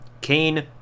Kane